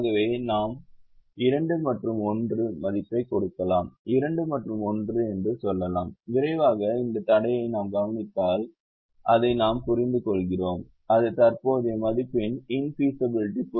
ஆகவே நாம் 2 மற்றும் 1 மதிப்பைக் கொடுக்கலாம் 2 மற்றும் 1 என்று சொல்லலாம் விரைவாக இந்த தடையை நாம் கவனித்தால் அதை நாம் புரிந்துகொள்கிறோம் அது தற்போதிய மதிப்பின் இன்பீசபிலிட்டி